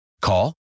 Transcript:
Call